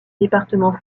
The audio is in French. département